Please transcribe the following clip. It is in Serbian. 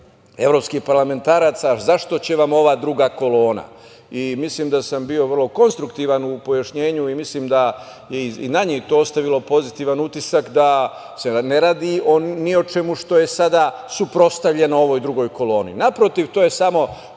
evropskih parlamentaraca – za šta će vam ova druga kolona? Mislim da sam bio vrlo konstruktivan u pojašnjenju i mislim da je i na njih to ostavilo pozitivan utisak, da se ne radi ni o čemu što je sada suprotstavljeno ovoj drugoj koloni. Naprotiv, to je samo